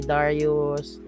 Darius